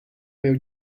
meu